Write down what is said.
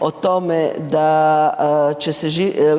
o tome da će se